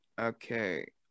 Okay